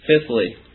Fifthly